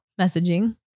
messaging